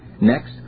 Next